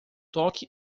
toque